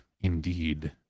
indeed